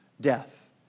Death